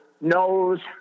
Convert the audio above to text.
knows